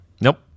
Nope